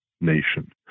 nation